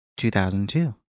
2002